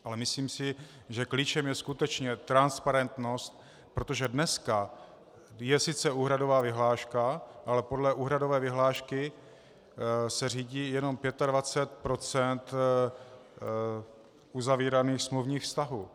Ale myslím si, že klíčem je skutečně transparentnost, protože dnes je sice úhradová vyhláška, ale podle úhradové vyhlášky se řídí jen 25 % uzavíraných smluvních vztahů.